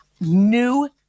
New